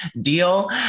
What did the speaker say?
deal